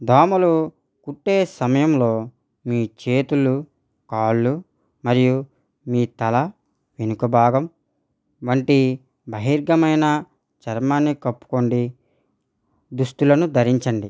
దోమలు కుట్టే సమయంలో మీ చేతులు కాళ్ళు మరియు మీ తల వెనుక భాగం వంటి బహిర్గతమైన చర్మాన్ని కప్పుకోండి దుస్తులను ధరించండి